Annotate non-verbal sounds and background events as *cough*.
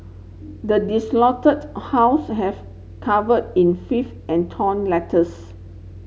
the desolated house have cover in *unintelligible* and torn letters